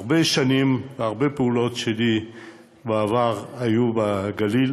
הרבה שנים והרבה פעולות שלי בעבר היו בגליל,